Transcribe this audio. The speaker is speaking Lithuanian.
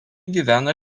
gyvena